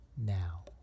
now